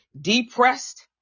depressed